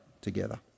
together